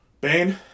Bane